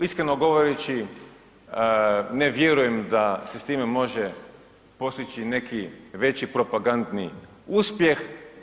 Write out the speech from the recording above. Iskreno govoreći ne vjerujem da se s time može postići neki veći propagandni uspjeh.